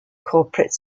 corporate